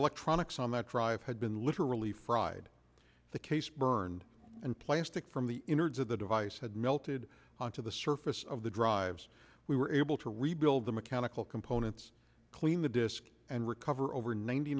electronics on that drive had been literally fried the case burned and plastic from the innards of the device had melted on to the surface of the drives we were able to rebuild the mechanical components clean the disk and recover over ninety